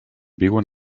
viuen